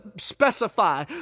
specify